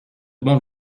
bon